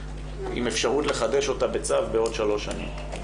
עם אפשרות לחדש אותה בצו בעוד שלוש שנים.